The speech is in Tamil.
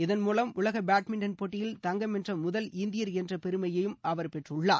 இதன் மூலம் உலக பேட்மின்டன் போட்டியில் தங்கம் வென்ற முதல் இந்தியர் என்ற பெருமையையும் அவர் பெற்றுள்ளார்